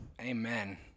Amen